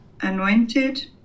anointed